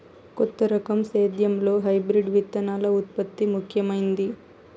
కొత్త రకం సేద్యంలో హైబ్రిడ్ విత్తనాల ఉత్పత్తి ముఖమైంది